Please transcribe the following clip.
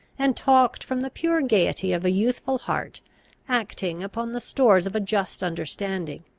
and talked from the pure gaiety of a youthful heart acting upon the stores of a just understanding,